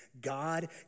God